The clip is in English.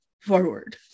forward